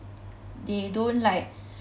they don't like